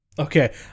Okay